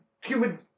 human